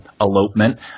elopement